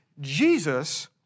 Jesus